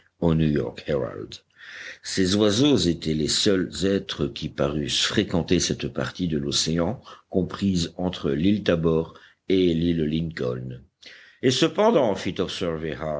ces oiseaux étaient les seuls êtres qui parussent fréquenter cette partie de l'océan comprise entre l'île tabor et l'île lincoln et cependant